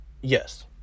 Yes